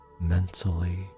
mentally